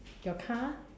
your car